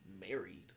married